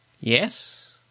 Yes